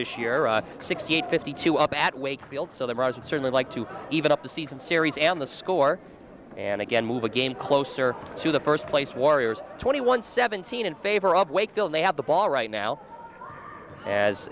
this year sixty eight fifty two up at wakefield so the mirage certainly like to even up the season series and the score and again move a game closer to the first place warriors twenty one seventeen in favor of wakefield they have the ball right now as